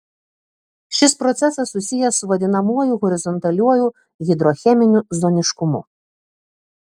šis procesas susijęs su vadinamuoju horizontaliuoju hidrocheminiu zoniškumu